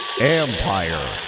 Empire